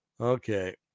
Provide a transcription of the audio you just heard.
Okay